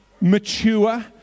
mature